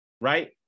right